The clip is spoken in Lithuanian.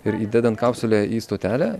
ir įdedant kapsulę į stotelę